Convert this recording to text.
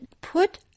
put